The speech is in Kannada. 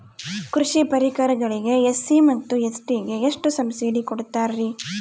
ಕೃಷಿ ಪರಿಕರಗಳಿಗೆ ಎಸ್.ಸಿ ಮತ್ತು ಎಸ್.ಟಿ ಗೆ ಎಷ್ಟು ಸಬ್ಸಿಡಿ ಕೊಡುತ್ತಾರ್ರಿ?